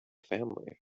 family